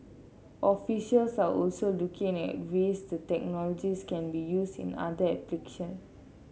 officials are also looking at ways the technologies can be used in other application